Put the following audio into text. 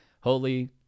holy